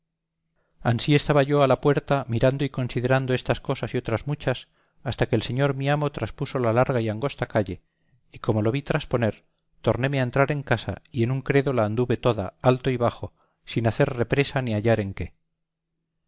ansí estaba yo a la puerta mirando y considerando estas cosas y otras muchas hasta que el señor mi amo traspuso la larga y angosta calle y como lo vi trasponer tornéme a entrar en casa y en un credo la anduve toda alto y bajo sin hacer represa ni hallar en qué